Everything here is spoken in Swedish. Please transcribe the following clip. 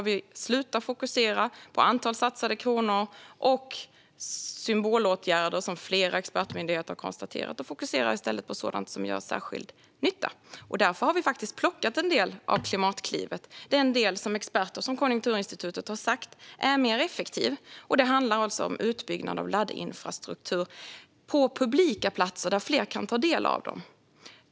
Vi slutar fokusera på antal satsade kronor och symbolåtgärder, vilket flera expertmyndigheter har konstaterat att det rör sig om, och fokuserar i stället på sådant som gör särskild nytta. Därför har vi faktiskt plockat en del av Klimatklivet, nämligen den del som experter som Konjunkturinstitutet har sagt är mer effektiv. Det handlar om utbyggnad av laddinfrastruktur på publika platser, där fler kan ta del av dem.